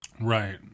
Right